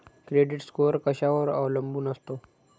Credit score कशावर अवलंबून असतो?